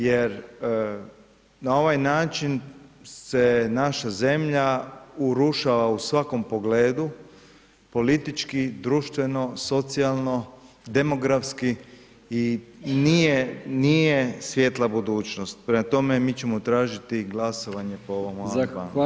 Jer na ovaj način se naša zemlja, urušava u svakom pogledu, politički, društveno, socijalno, demografski i nije svjetla budućnost, prema tome, mi ćemo tražiti glasovanje po ovom amandmanu.